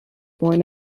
born